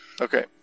Okay